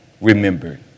remembered